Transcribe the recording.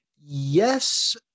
Yes